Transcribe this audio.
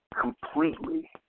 completely